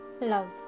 Love